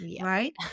Right